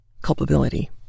culpability